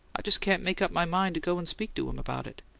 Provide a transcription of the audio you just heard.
i just can't make up my mind to go and speak to him about it.